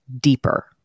deeper